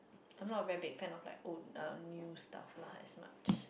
I'm not a very big fan of like old uh new stuff lah as much